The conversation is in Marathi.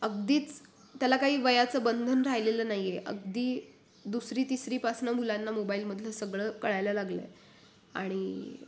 अगदीच त्याला काही वयाचं बंधन राहिलेलं नाही आहे अगदी दुसरी तिसरीपासून मुलांना मोबाईलमधलं सगळं कळायला लागलं आहे आणि